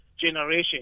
generation